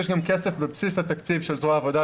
יש גם כסף בבסיס התקציב של זרוע העבודה,